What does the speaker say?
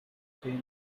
include